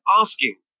asking